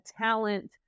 talent